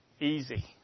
easy